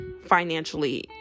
financially